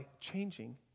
changing